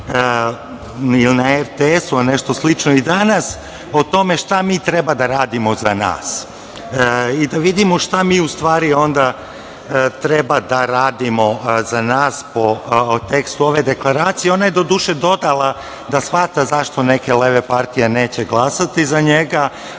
na RTS nešto slično i danas, šta mi treba da radimo za nas. I da vidimo šta mi u stvari treba da radimo za nas po tekstu ove deklaracije, ona je doduše dodala da shvata zašto neke leve partije neće glasati za njega,